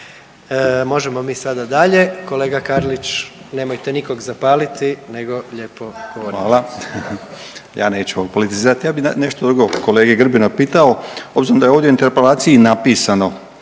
Možemo mi sada dalje, kolega Karlić nemojte nikog zapaliti nego lijepo govorite. **Karlić, Mladen (HDZ)** Hvala. Ja neću … ja bi nešto drugo kolegu Grbina pitao. Obzirom da je ovdje u interpelaciji napisano